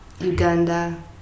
Uganda